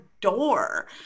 door